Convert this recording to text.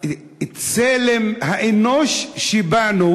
צלם האנוש שבנו,